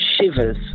shivers